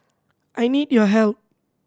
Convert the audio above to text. I need your help